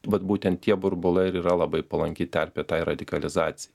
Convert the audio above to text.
vat būtent tie burbulai ir yra labai palanki terpė tai radikalizacijai